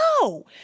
no